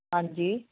ਹਾਂਜੀ